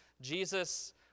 Jesus